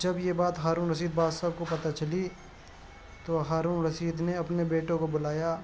جب یہ بات ہارون رشید بادشاہ کو پتہ چلی تو ہارون رشید نے اپنے بیٹوں کو بلایا